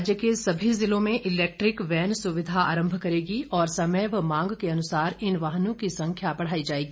गोबिंद प्रदेश सरकार राज्य के सभी जिलों में इलैक्ट्रिक वैन सुविधा आरंभ करेगी और समय व मांग के अनुसार इन वाहनों की संख्या बढ़ाई जाएगी